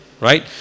right